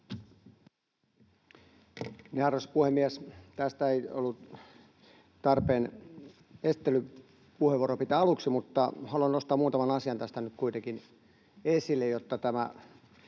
Arvoisa puhemies! Tästä ei ollut tarpeen esittelypuheenvuoroa pitää aluksi, mutta haluan nostaa muutaman asian tästä nyt kuitenkin esille, jotta tästä